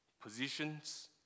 positions